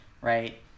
right